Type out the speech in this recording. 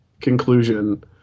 conclusion